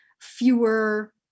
fewer